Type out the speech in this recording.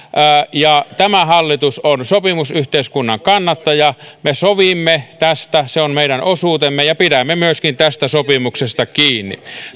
tämä hallitus on sopimusyhteiskunnan kannattaja me sovimme tästä se on meidän osuutemme ja pidämme myöskin tästä sopimuksesta kiinni